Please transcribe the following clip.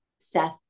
Seth